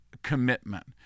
commitment